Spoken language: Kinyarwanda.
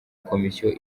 komisiyo